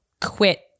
quit